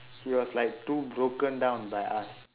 he was like too broken down by us